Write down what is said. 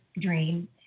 dream